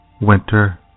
Winter